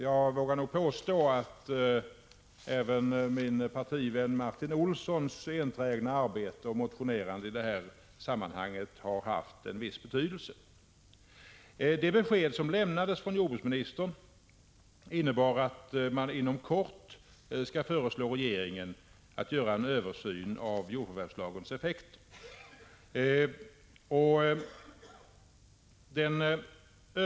Jag vågar nog påstå att även min partivän Martin Olssons enträgna arbete och motionerande i detta sammanhang har haft en viss betydelse. Det besked som lämnades av jordbruksministern innebar att han inom kort skall föreslå regeringen att göra en översyn av jordförvärvslagens effekter.